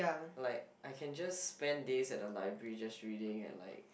like I can just spend days at the library just reading and like